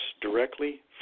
directly